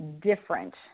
different